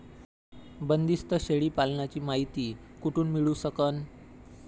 बंदीस्त शेळी पालनाची मायती कुठून मिळू सकन?